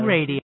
Radio